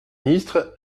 ministre